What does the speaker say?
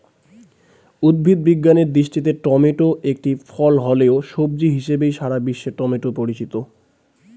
উদ্ভিদ বিজ্ঞানের দৃষ্টিতে টমেটো একটি ফল হলেও, সবজি হিসেবেই সারা বিশ্বে টমেটো পরিচিত